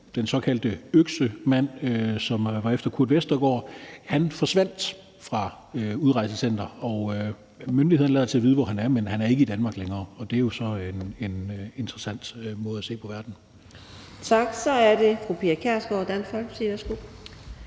den såkaldte øksemand, som var efter Kurt Vestergaard, og som forsvandt fra et udrejsecenter, og myndighederne lader til at vide, hvor han er, men han er ikke i Danmark længere, og det er jo så en interessant måde at se på verden på. Kl. 14:42 Fjerde næstformand (Karina